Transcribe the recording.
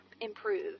improve